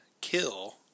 kill